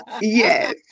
Yes